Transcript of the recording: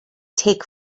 take